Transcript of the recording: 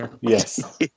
Yes